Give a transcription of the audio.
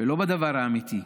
ולא בדבר האמיתי.